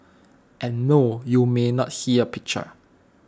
and no you may not see A picture